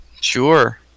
Sure